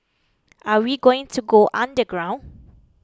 are we going to go underground